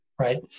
right